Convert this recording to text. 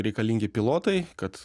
reikalingi pilotai kad